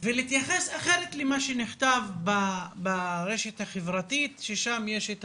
ולהתייחס אחרת למה שנכתב ברשת החברתית ששם יש את